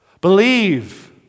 Believe